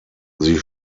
sie